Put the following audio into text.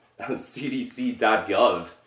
CDC.gov